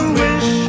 wish